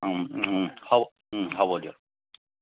হ'ব হ'ব দিয়ক